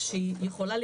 נכון.